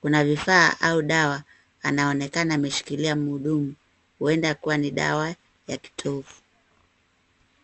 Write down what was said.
Kuna vifaa au dawa, anaonekana ameshikilia mhudumu, huenda kuwa ni dawa ya kitovu.